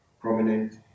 prominent